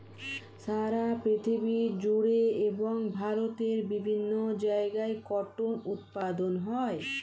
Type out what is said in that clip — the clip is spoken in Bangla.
সারা পৃথিবী জুড়ে এবং ভারতের বিভিন্ন জায়গায় কটন উৎপাদন হয়